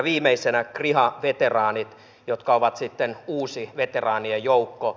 viimeisenä kriha veteraanit jotka ovat sitten uusi veteraanien joukko